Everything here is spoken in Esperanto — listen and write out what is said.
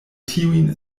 tiun